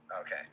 Okay